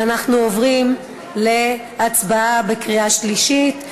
אנחנו עוברים להצבעה בקריאה שלישית,